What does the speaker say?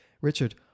Richard